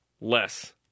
Less